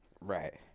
Right